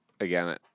Again